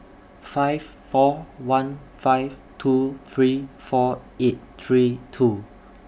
five four one five two three four eight three two